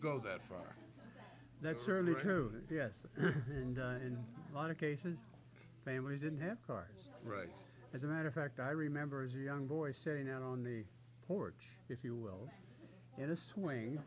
go that far that's certainly true yes and in a lot of cases families didn't have cars right as a matter of fact i remember as a young boy sitting out on the porch if you will in a swi